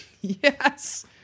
Yes